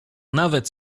nawet